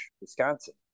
Wisconsin